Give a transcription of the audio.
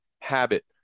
habit